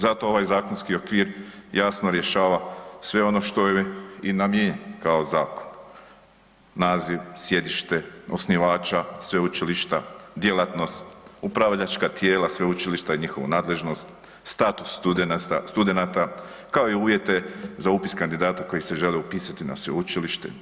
Zato ovaj zakonski okvir jasno rješava sve ono što je i namijenjen kao zakon, naziv, sjedište, osnivača sveučilišta, djelatnost, upravljačka tijela sveučilišta i njihovu nadležnost, status studenata kao i uvjete za upis kandidata koji se žele upisati na sveučilište.